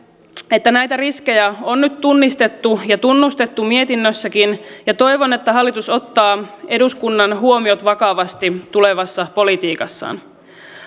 että näitä riskejä on nyt tunnistettu ja tunnustettu mietinnössäkin ja toivon että hallitus ottaa eduskunnan huomiot vakavasti tulevassa politiikassaan